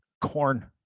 Corn